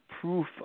proof